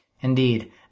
Indeed